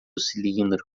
cilindro